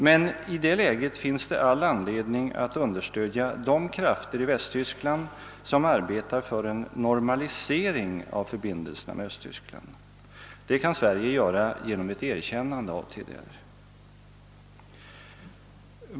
Men i det läget finns det all anledning att understödja de krafter i Västtyskland, som arbetar för en normalisering av förbindelserna med öÖsttyskland. Det kan Sverige göra genom att erkänna DDR.